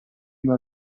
una